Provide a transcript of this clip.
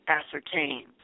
ascertain